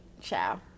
Ciao